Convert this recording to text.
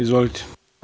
Izvolite.